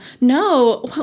No